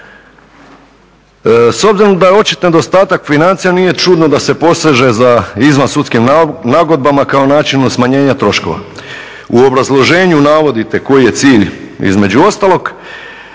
S obzirom da je očit nedostatak financija nije čudno da se poseže za izvansudskim nagodbama kao načinu smanjenja troškova. U obrazloženju navodite koji je cilj između ostalog,